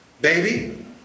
baby